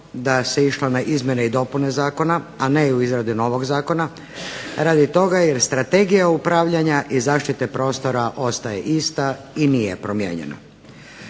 da se išlo na izmjene i dopune zakona, a ne u izradu novog zakona radi toga jer Strategija upravljanja i zaštite prostora ostaje ista i nije promijenjena.